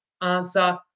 answer